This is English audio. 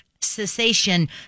cessation